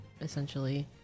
essentially